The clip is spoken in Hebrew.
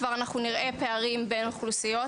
אנחנו כבר נראה פערים בין האוכלוסיות.